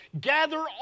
Gather